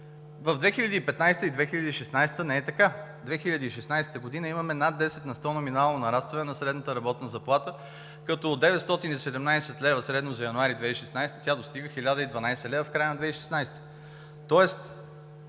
2015 г. и 2016 г. не е така. През 2016 г. имаме над 10 на сто номинално нарастване на средната работна заплата, като от 917 лв. средно за януари 2016 г. тя достига 1012 лв. в края на 2016